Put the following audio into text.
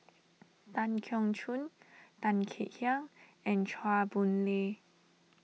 Tan Keong Choon Tan Kek Hiang and Chua Boon Lay